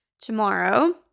tomorrow